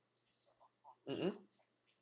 mmhmm